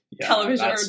television